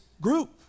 group